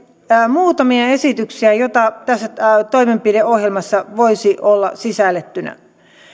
muutamia esityksiä siitä mitä tässä toimenpideohjelmassa voisi olla sisällytettynä